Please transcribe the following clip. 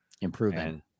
Improving